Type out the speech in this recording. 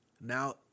Now